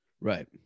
Right